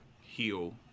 heal